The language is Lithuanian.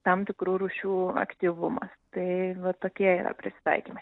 tam tikrų rūšių aktyvumas tai va tokie yra prisitaikymai